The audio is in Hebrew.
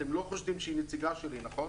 אתם לא חושדים שהיא נציגה שלי, נכון?